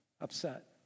upset